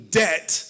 debt